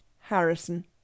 Harrison